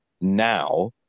now